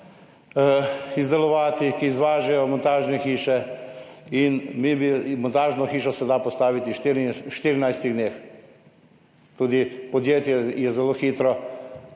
izdelovati, ki izvažajo montažne hiše in mi bi, in montažno hišo se da postaviti v 14 dneh. Tudi podjetje je zelo hitro,